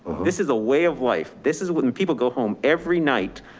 this is a way of life. this is when people go home every night,